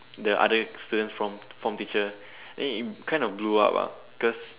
the other students form form teacher and it it kind of blew up ah because